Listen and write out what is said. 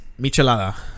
Michelada